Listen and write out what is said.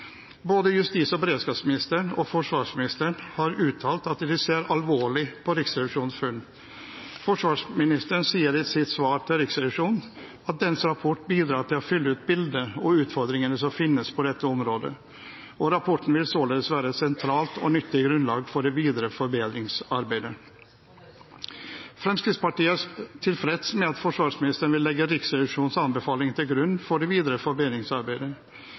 Både justis- og beredskapsministeren og forsvarsministeren har uttalt at de ser alvorlig på Riksrevisjonens funn. Forsvarsministeren sier i sitt svar til Riksrevisjonen at dens rapport bidrar til å fylle ut bildet og utfordringene som finnes på dette området, og rapporten vil således være et sentralt og nyttig grunnlag for det videre forbedringsarbeidet. Fremskrittspartiet er tilfreds med at forsvarsministeren vil legge Riksrevisjonens anbefalinger til grunn for det videre forbedringsarbeidet.